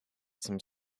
some